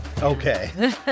Okay